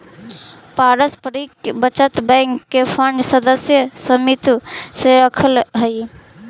पारस्परिक बचत बैंक के फंड सदस्य समित्व से रखऽ हइ